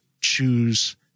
choose